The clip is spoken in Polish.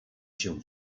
się